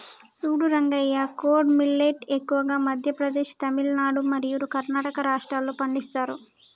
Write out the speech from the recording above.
సూడు రంగయ్య కోడో మిల్లేట్ ఎక్కువగా మధ్య ప్రదేశ్, తమిలనాడు మరియు కర్ణాటక రాష్ట్రాల్లో పండిస్తారు